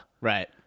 Right